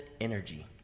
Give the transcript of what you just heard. energy